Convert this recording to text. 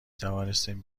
توانستیم